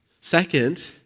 Second